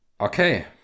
okay